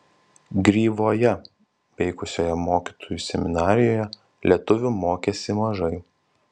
gryvoje veikusioje mokytojų seminarijoje lietuvių mokėsi mažai